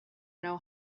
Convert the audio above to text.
know